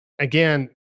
again